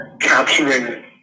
capturing